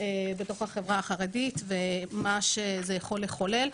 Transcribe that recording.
בתוך החברה החרדית ומה שזה יכול לחולל.